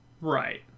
Right